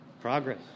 Progress